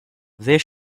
this